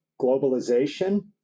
globalization